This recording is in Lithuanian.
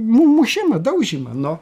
nu mušimą daužymą nu